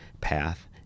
path